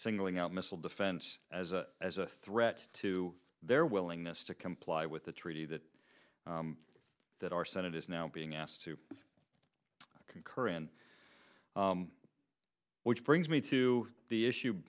singling out missile defense as a threat to their willingness to comply with the treaty that that our senate is now being asked to concur in which brings me to the issue